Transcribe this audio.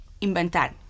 inventar